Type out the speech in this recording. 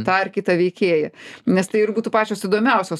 tą ar kitą veikėją nes tai būtų pačios įdomiausios